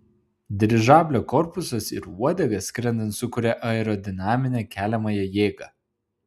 dirižablio korpusas ir uodega skrendant sukuria aerodinaminę keliamąją jėgą